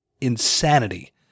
Insanity